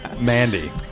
Mandy